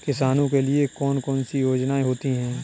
किसानों के लिए कौन कौन सी योजनायें होती हैं?